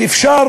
ואפשר